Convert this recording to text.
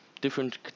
different